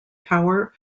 power